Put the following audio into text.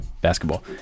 basketball